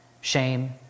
Shame